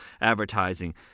advertising